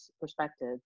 perspective